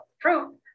fruit